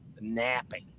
napping